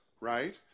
right